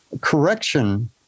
correction